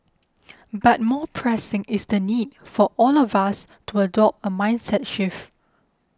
but more pressing is the need for all of us to adopt a mindset shift